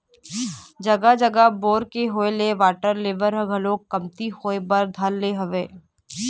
जघा जघा बोर के होय ले वाटर लेवल ह घलोक कमती होय बर धर ले हवय